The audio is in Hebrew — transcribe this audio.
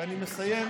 אני מסיים.